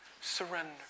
Surrender